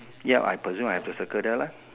ya I presume I have to circle that lah